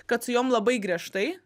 kad su jom labai griežtai